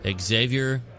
Xavier